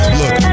look